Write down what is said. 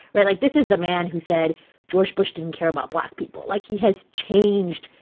right? like, this is the man who said george bush didn't care about black people. like, he has changed.